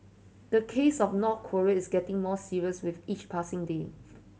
the case of North Korea is getting more serious with each passing day